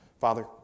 Father